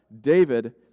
David